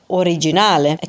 originale